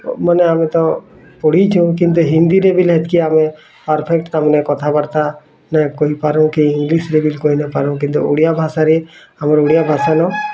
ଓ ମାନେ ଆମେ ତ ପଢ଼ିଛୁ କିନ୍ତୁ ହିନ୍ଦୀରେ ବି ନା ହେତ୍କି ଆମେ ପରଫେକ୍ଟ ତା' ମାନେ କଥାବାର୍ତ୍ତା ନା କହିପାରୁ କି ଇଂଲିଶ୍ରେ ବି କହି ନ ପାରୁ କିନ୍ତୁ ଓଡ଼ିଆ ଭାଷାରେ ଆମର୍ ଓଡ଼ିଆ ଭାଷା ନ